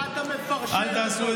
מה אתה מפרשן אותו?